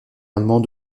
allemand